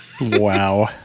Wow